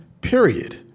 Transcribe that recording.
Period